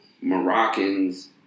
Moroccans